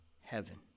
heaven